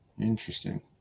Interesting